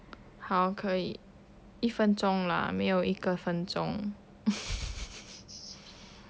好可以一分钟啦没有一个分钟:hao ke yi yi fen zhong lah mei you yi ge fen zhong